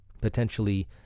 Potentially